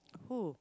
who